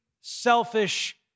selfish